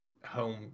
home